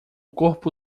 corpo